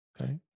okay